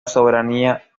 soberanía